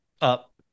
Up